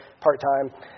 part-time